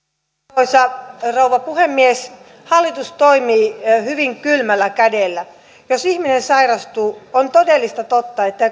arvoisa rouva puhemies hallitus toimii hyvin kylmällä kädellä jos ihminen sairastuu on todellista totta että